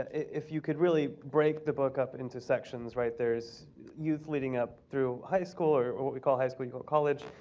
if you could really break the book up into sections, right? there is youth, leading up through high school, or or what we call high school, you call it college.